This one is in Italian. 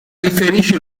riferisce